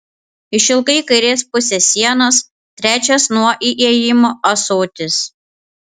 išilgai kairės pusės sienos trečias nuo įėjimo ąsotis